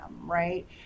right